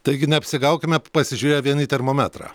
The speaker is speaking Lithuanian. taigi neapsigaukime pasižiūrėję vien į termometrą